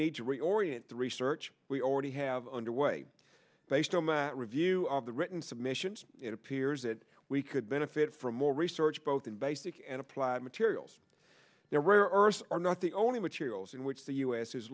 need to reorient the research we already have underway based oma review of the written submissions it appears that we could benefit from more research both in basic and applied materials the rare earths are not the only materials in which the us is